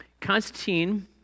Constantine